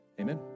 Amen